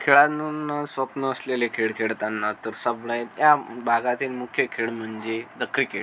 खेळांनून्न स्वप्न असलेले खेळ खेळताना तर स्वप्न आहे त्या भागातील मुख्य खेळ म्हणजे द क्रिकेट